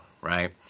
right